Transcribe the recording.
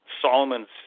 Solomon's